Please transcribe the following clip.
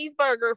cheeseburger